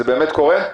זה באמת קורה?